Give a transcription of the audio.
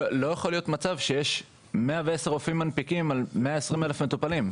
לא יכול להיות מצב שבו יש כ-110 רופאים מנפיקים על כ-120,000 מטופלים.